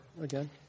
again